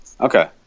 Okay